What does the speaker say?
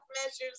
measures